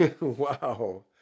Wow